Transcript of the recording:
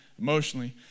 emotionally